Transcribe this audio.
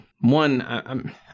One